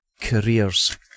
Careers